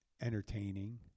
entertaining